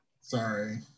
Sorry